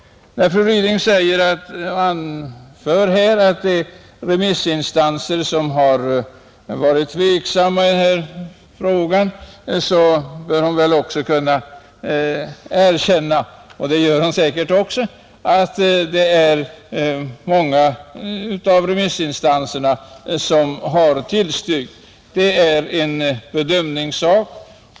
När fru Ryding anför att det finns remissinstanser som varit tveksamma i denna fråga, bör hon väl också kunna erkänna — och det gör hon säkert — att många av remissinstanserna tillstyrkt. Det hela är en bedömningssak.